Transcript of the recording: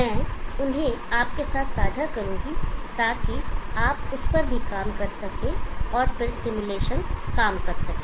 मैं उन्हें आपके साथ साझा करूंगा ताकि आप उस पर भी काम कर सकें और फिर सिमुलेशन काम कर सकें